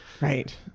Right